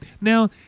Now